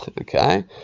okay